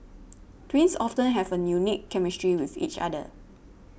twins often have a unique chemistry with each other